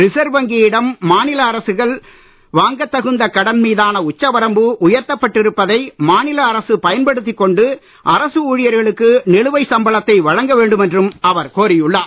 reserve வங்கியிடம் மாநில அரசுகள் வாங்கத் தகுந்த கடன் மீதான உச்சவரம்பு உயர்த்தப் பட்டிருப்பதை மாநில அரசு பயன்படுத்திக் கொண்டு அரசு ஊழியர்களுக்கு நிலுவை சம்பளத்தை வழங்கவேண்டும் என்றும் அவர் கோரியுள்ளார்